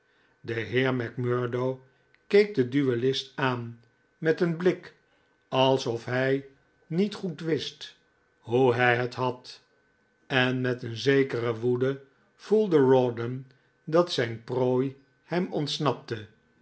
de heer macmurdo keek den duellist aan met een blik alsof hij niet goed wist hoe hij het had en met een zekere woede voelde rawdon dat zijn prooi hem ontsnapte